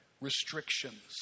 restrictions